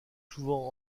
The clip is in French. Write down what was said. souvent